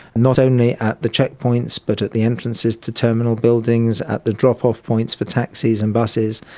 not only at the checkpoints but at the entrances to terminal buildings, at the drop-off points for taxis and buses.